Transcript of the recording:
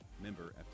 member